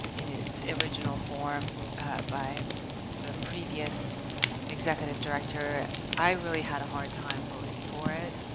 in its original form by the previous executive director i really had a hard time voting for it